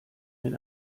mit